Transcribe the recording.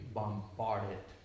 bombarded